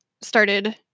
started